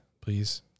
Please